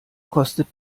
kostet